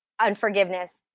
unforgiveness